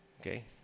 Okay